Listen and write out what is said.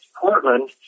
Portland